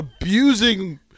abusing